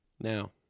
Now